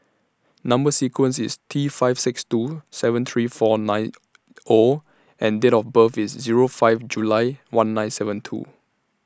Number sequence IS T five six two seven three four nine O and Date of birth IS Zero five July one nine seven two